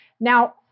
Now